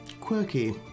...quirky